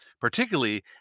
particularly